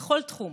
בכל תחום,